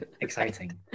exciting